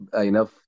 enough